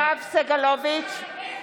(קוראת בשמות חברי הכנסת) יואב סגלוביץ'